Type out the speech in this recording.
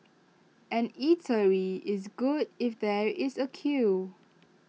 an eatery is good if there is A queue